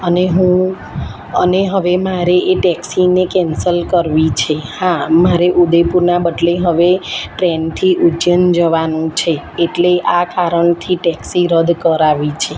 અને હું અને હવે મારે એ ટેક્સીને કેન્સલ કરવી છે હા મારે ઉદેપુરના બદલે હવે ટ્રેનથી ઉજ્જૈન જવાનું છે એટલે આ કારણથી ટેક્સી રદ કરાવી છે